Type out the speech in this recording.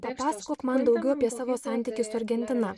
pasakok man daugiau apie savo santykį su argentina